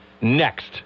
next